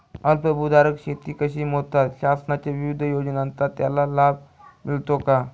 अल्पभूधारक शेती कशी मोजतात? शासनाच्या विविध योजनांचा त्याला लाभ मिळतो का?